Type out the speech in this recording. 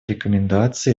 рекомендаций